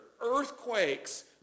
earthquakes